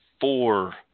four